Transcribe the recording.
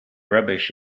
rubbish